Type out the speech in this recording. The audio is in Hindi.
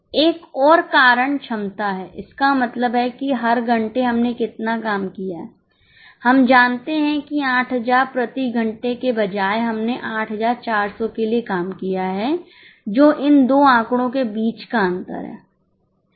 एक और कारण क्षमता है इसका मतलब है कि हर घंटे हमने कितना काम किया है हम जानते हैं कि 8000 प्रति घंटे के बजाय हमने 8400 के लिए काम किया है जो इन दो आंकड़ों के बीच का अंतर है